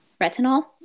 retinol